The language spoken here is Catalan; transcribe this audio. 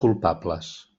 culpables